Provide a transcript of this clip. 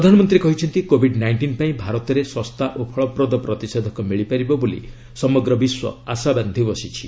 ପ୍ରଧାନମନ୍ତ୍ରୀ କହିଛନ୍ତି covid nineteen ପାଇଁ ଭାରତରେ ଶସ୍ତା ଓ ଫଳପ୍ରଦ ପ୍ରତିଷେଧକ ମିଳିପାରିବ ବୋଲି ସମଗ୍ର ବିଶ୍ୱ ଆଶାବାନ୍ଧି ବସିଛି